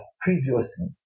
previously